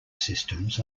systems